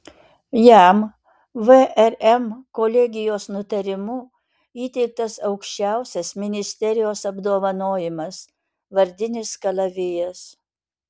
jam vrm kolegijos nutarimu įteiktas aukščiausias ministerijos apdovanojimas vardinis kalavijas